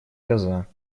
коза